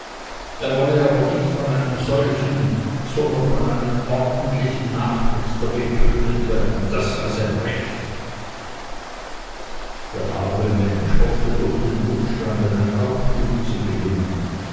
er wolle aber nicht von einem solchen sondern von einem ordentlichen nachrichter getötet werden das sei sein recht der arme mensch hoffte durch den umstand einen aufschub zu gewinnen